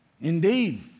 Indeed